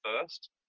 first